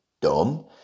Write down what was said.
dumb